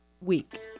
week